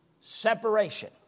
Separation